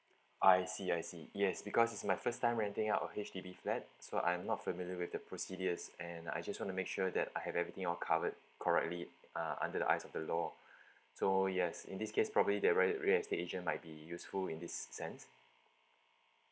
I see I see yes because it's my first time renting out a H_D_B flat so I'm not familiar with the procedures and I just want to make sure that I have everything all covered correctly uh under the eyes of the law so yes in this case probably the real real estate agent might be useful in this sense